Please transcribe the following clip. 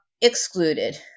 excluded